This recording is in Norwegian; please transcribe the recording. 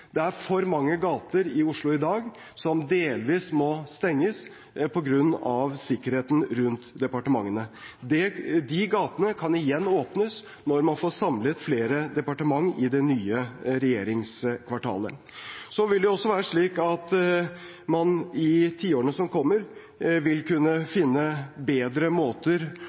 mange gater i Oslo i dag som delvis må stenges på grunn av sikkerheten rundt departementene. De gatene kan igjen åpnes når man får samlet flere departementer i det nye regjeringskvartalet. Så vil det jo også være slik at man i tiårene som kommer, vil kunne finne bedre og smartere måter